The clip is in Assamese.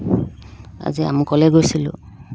আজি আমুকলৈ গৈছিলোঁ